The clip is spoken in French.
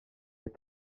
est